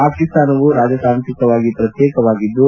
ಪಾಕಿಸ್ತಾನವು ರಾಜತಾಂತ್ರಿಕವಾಗಿ ಪ್ರತ್ಯೇಕವಾಗಿದ್ದು